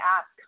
ask